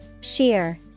Sheer